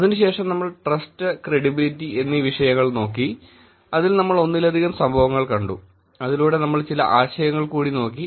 അതിനുശേഷം നമ്മൾ trust credibility എന്നീ വിഷയങ്ങൾ നോക്കി അതിൽ നമ്മൾ ഒന്നിലധികം സംഭവങ്ങൾ കണ്ടു അതിലൂടെ നമ്മൾ ചില ആശയങ്ങൾ കൂടി നോക്കി